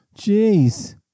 Jeez